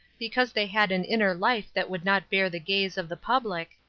because they had an inner life that would not bear the gaze of the public,